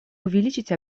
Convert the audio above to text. увеличить